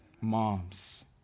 Moms